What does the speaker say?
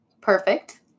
Perfect